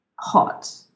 hot